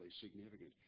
significant